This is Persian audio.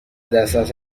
دسترس